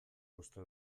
uste